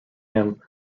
him